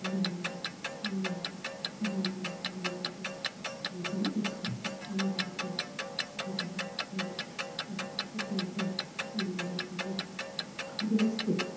मेलमिलाप बाउ आमाको समानता बाउ आमाको जुन एकरूपता काम गर्ने जुन छ त्यो देखेर उनीहरू पनि के हुन्छन् खुसी हुन्छन् अनि उनीहरू पनि एउटा व्यवस्थित